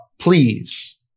Please